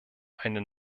eine